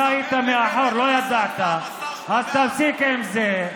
אתה היית מאחור, לא ידעת, אז תפסיק עם זה.